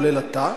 כולל אתה.